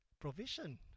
provision